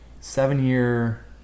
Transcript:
seven-year